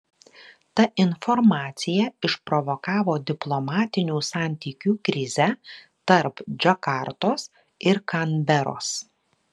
ta informacija išprovokavo diplomatinių santykių krizę tarp džakartos ir kanberos